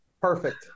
Perfect